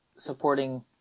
Supporting